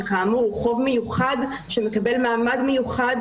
שכאמור הוא חוב מיוחד שמקבל מעמד מיוחד,